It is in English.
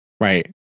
right